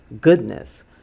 goodness